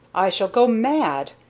i shall go mad,